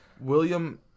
William